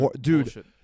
dude